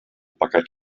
pecat